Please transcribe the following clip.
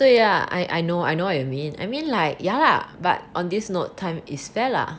对 yeah I I know I know you mean I mean like yeah lah but on this note time is fair lah